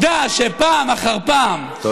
אבל העובדה שפעם אחר פעם, אין בושה?